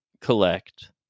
collect